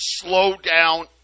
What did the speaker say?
slowdown